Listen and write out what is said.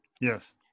Yes